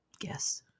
Yes